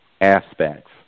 aspects